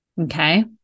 okay